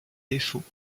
défauts